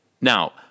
Now